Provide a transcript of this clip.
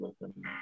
listen